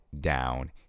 down